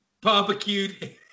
Barbecued